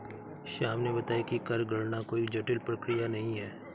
श्याम ने बताया कि कर गणना कोई जटिल प्रक्रिया नहीं है